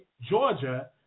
Georgia